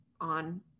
on